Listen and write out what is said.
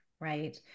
right